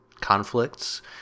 conflicts